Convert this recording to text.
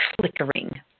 flickering